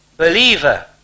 Believer